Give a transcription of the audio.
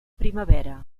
primavera